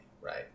right